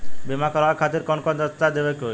बीमा करवाए खातिर कौन कौन दस्तावेज़ देवे के होई?